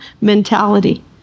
mentality